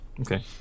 Okay